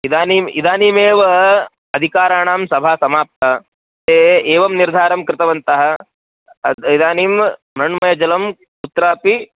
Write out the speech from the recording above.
इदानीम् इदानीमेव अधिकारिणां सभा समाप्ता ते एवं निर्धारं कृतवन्तः इदानीं मृण्मयजलं कुत्रापि